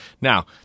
Now